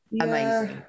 amazing